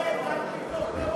מתוך כבוד,